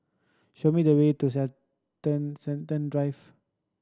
show me the way to Drive